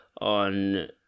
on